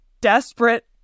desperate